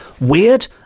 weird